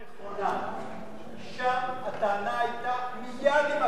שם הטענה היתה מייד עם הקמת היישוב,